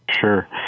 Sure